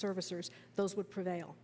servicers those would prevail